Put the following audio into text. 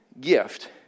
gift